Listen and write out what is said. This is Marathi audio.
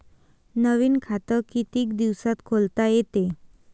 नवीन खात कितीक दिसात खोलता येते?